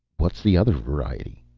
what's the other variety?